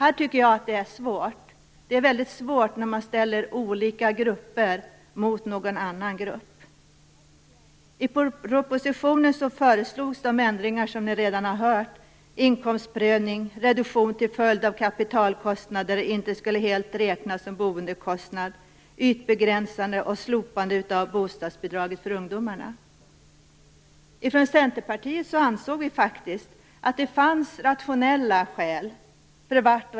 Jag tycker att det är väldigt svårt att så här ställa grupper mot varandra. I propositionen föreslogs de ändringar som här redan har redovisats: inkomstprövning, att kapitalkostnader inte helt skulle räknas som boendekostnad, ytbegränsning och slopande av bostadsbidraget för ungdomar.